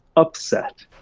upset.